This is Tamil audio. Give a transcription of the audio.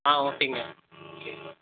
ஆ ஓகேங்க ஓகேங்க